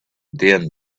din